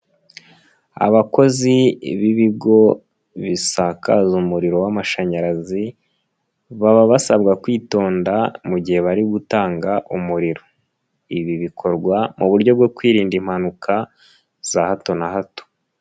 Abakozi b'ibigo bisakaza umuriro w'amashanyarazi, baba basabwa kwitonda mu gihe bari gutanga umuriro, ibi bikorwa mu buryo bwo kwirinda impanuka za hato na hato.